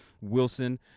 Wilson